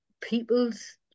people's